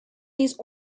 these